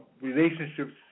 relationships